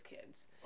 kids